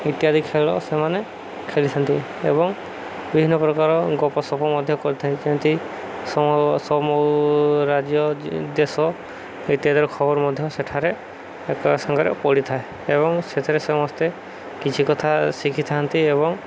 ଇତ୍ୟାଦି ଖେଳ ସେମାନେ ଖେଳିଥାନ୍ତି ଏବଂ ବିଭିନ୍ନ ପ୍ରକାର ଗପସପ ମଧ୍ୟ କରିଥାନ୍ତି ଯେମତି ସବୁ ରାଜ୍ୟ ଦେଶ ଇତ୍ୟାଦିର ଖବର ମଧ୍ୟ ସେଠାରେ ଏକା ସାଙ୍ଗରେ ପଡ଼ିଥାଏ ଏବଂ ସେଥିରେ ସମସ୍ତେ କିଛି କଥା ଶିଖିଥାନ୍ତି ଏବଂ